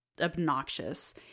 obnoxious